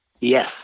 Yes